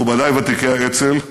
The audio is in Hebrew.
מכובדי ותיקי האצ"ל,